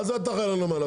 מה זה אתה אחראי על הנמל?